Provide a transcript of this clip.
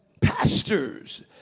pastors